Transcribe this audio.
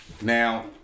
Now